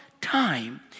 time